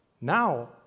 Now